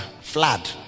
Flood